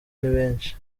nibenshi